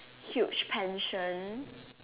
huge pension